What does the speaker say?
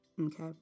okay